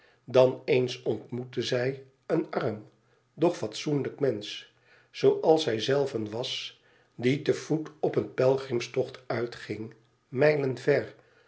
dan eens ontmoette zij een arm doch fatsoenlijk mensch zooals zij zelven was die te voet op een pelgrimstocht uitging mijlen ver